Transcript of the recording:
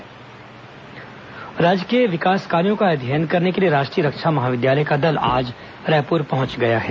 छत्तीसगढ़ विकास अध्ययन दल राज्य के विकास कार्यो का अध्ययन करने के लिए राष्ट्रीय रक्षा महाविद्यालय का दल आज रायपुर पहंच गया है